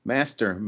Master